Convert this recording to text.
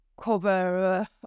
cover